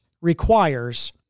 requires